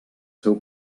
seu